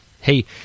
Hey